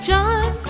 John